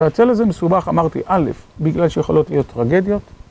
והצל הזה מסובך, אמרתי א', בגלל שיכולות להיות טרגדיות.